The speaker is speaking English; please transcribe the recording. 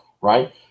right